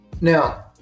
Now